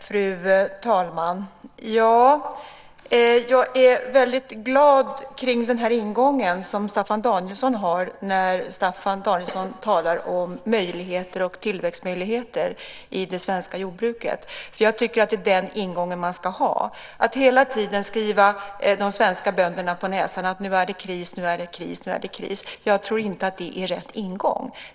Fru talman! Jag är väldigt glad över den ingång som Staffan Danielsson har då han talar om möjligheter och tillväxtmöjligheter i det svenska jordbruket. Jag tycker nämligen att det är den ingången som man ska ha. Att hela tiden skriva de svenska bönderna på näsan att det är kris tror jag inte är rätt ingång.